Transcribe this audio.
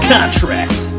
Contracts